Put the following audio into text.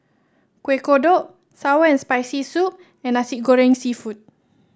Kueh Kodok sour and Spicy Soup and Nasi Goreng seafood